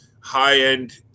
high-end